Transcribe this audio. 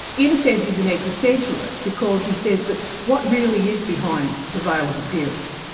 in a sense he's an existentialist because he says but what really is behind the veil of appearance?